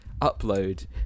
upload